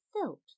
felt